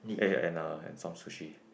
eh and uh and some sushi